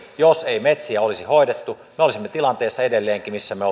jos ei metsiä olisi hoidettu me olisimme edelleenkin tilanteessa missä me